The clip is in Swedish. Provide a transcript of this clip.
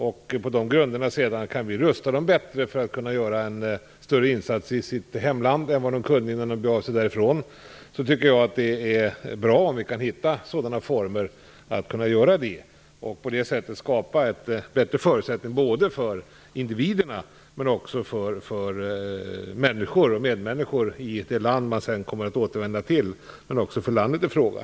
Det är bra om vi kan hitta former för att rusta dem bättre för att göra en större insats i sitt hemland än vad de kunde innan de begav sig därifrån. På det sättet kan vi skapa bättre förutsättningar såväl för individerna och för medmänniskor i det land man kommer att återvända till som för landet i fråga.